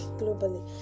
globally